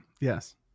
yes